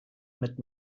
mit